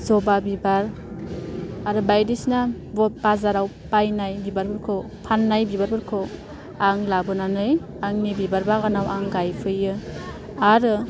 जबा बिबार आरो बायदिसिना बाजाराव बायनाय बिबारफोरखौ फान्नाय बिबारफोरखौ आं लाबोनानै आंनि बिबार बागानाव आं गायफैयो आरो